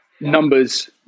numbers